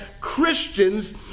Christians